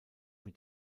mit